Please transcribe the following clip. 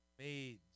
Maids